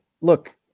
Look